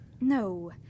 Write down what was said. No